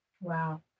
Wow